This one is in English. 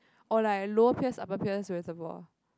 or like Lower Pierce Upper Pierce reservoir